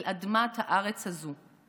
אל אדמת הארץ הזו.